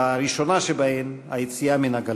שהראשונה שבהן, היציאה מן הגלות.